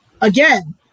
Again